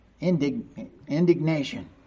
Indignation